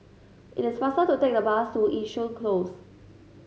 it is faster to take the bus to Yishun Close